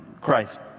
Christ